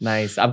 Nice